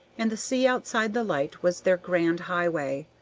and the sea outside the light was their grand highway.